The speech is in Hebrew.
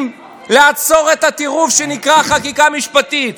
לעצור את הטירוף שנקרא "החקיקה המשפטית",